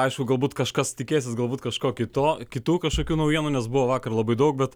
aišku galbūt kažkas tikėsis galbūt kažko kito kitokio šokių naujovių nes buvo vakar labai daug bet